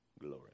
Glory